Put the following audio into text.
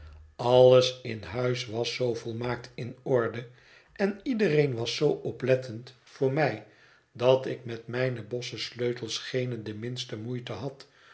alles in huis was zoo volmaakt in orde en iedereen was zoo oplettend voor mij dat ik met mijne bossen sleutels geene de minste moeite had